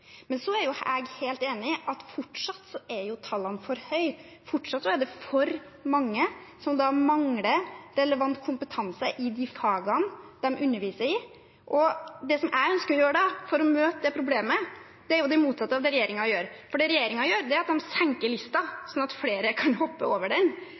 Men jeg er helt enig i at tallene fortsatt er for høye. Det er fortsatt for mange som mangler relevant kompetanse i de fagene de underviser i. Det jeg da ønsker å gjøre for å møte det problemet, er det motsatte av det regjeringen gjør. Det regjeringen gjør, er at de senker listen, slik at flere kan hoppe over den.